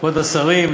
כבוד השרים,